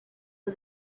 for